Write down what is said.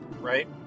right